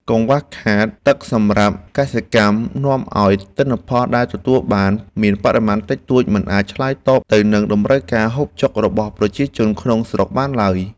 កង្វះខាតទឹកសម្រាប់កសិកម្មនាំឱ្យទិន្នផលដែលទទួលបានមានបរិមាណតិចតួចមិនអាចឆ្លើយតបទៅនឹងតម្រូវការហូបចុករបស់ ប្រជាជនក្នុងស្រុកបានឡើយ។